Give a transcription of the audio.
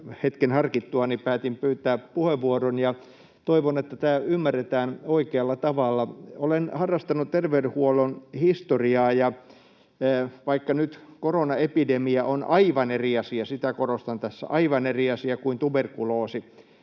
hetken harkittuani päätin pyytää puheenvuoron. Toivon, että tämä ymmärretään oikealla tavalla. Olen harrastanut terveydenhuollon historiaa, ja vaikka nyt koronaepidemia on aivan eri asia — sitä korostan tässä, aivan eri asia